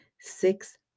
six